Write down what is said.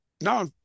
No